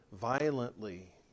violently